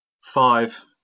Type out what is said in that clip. five